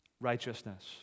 righteousness